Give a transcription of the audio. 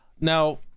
Now